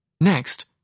Next